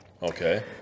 Okay